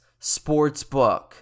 Sportsbook